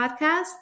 podcast